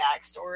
backstory